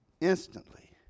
instantly